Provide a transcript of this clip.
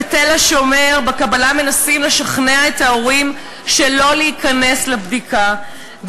ב"תל השומר" בקבלה מנסים לשכנע את הורים שלא להיכנס לבדיקה,